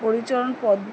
পরিচালন পদ